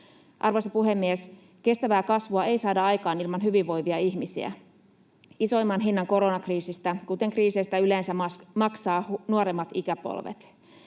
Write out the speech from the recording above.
Arvoisa puhemies! Kestävää kasvua ei saada aikaan ilman hyvinvoivia ihmisiä. Isoimman hinnan koronakriisistä, kuten kriiseistä yleensä, maksavat nuoremmat ikäpolvet.